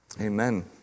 Amen